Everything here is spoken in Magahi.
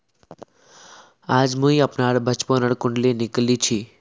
आज मुई अपनार बचपनोर कुण्डली निकली छी